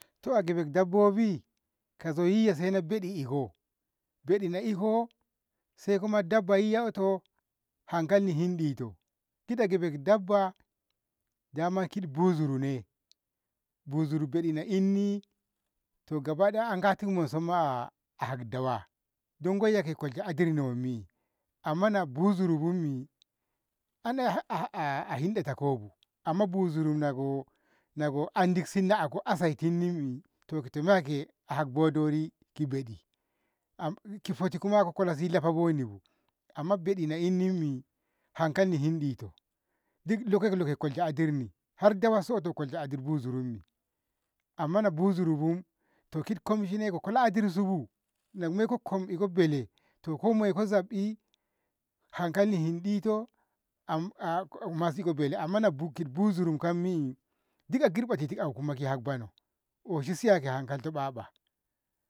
To a gibeb dabbobi kazoyiyye sai ɓaɗiko iko, ɓeɗina iko saiko moyi dabbayi yato hankalni hindito kita gibeb dabba dama kiti buzuru ne, buzuru na ɓeɗi inni to gabadaya a gahti moisum mah a hak dawa dongoye ko kolshenti adirni wammi amma na buzuru wammi an a- a- ahinɗata kobu amma buzuru kago kago andi sinni ako- ak saitinnimi to- to- tomai ake ahak bodori ki ɓeɗi am ki hoti kuma kolashi lafa bonibu amma na ɓeɗi innimi hankalni hinɗiti dik loka loka kola adirni har dawa soto ko kolshe adir buzurummi ammma na buzurubu to kid komshine ko kolla adirsubu na ko moiko kom iko bele to moiko zabbi hankali hindito am iko bele amma nabu kiti buzurukami dikakirba diti ankuma ki hau bono, oshish siya ke hankalto ɓaɓa.